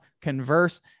converse